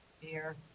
Beer